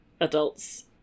adults